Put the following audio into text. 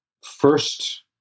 first